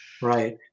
Right